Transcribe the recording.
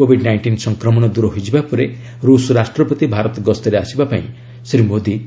Covid nineteen ସଂକ୍ରମଣ ଦୂର ହୋଇଯିବା ପରେ ରୁଷ ରାଷ୍ଟ୍ରପତି ଭାରତ ଗସ୍ତରେ ଆସିବା ପାଇଁ ଶ୍ରୀ ମୋଦୀ